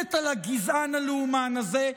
שמגוננת על הגזען הלאומן הזה,